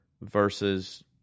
versus